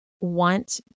want